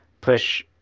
push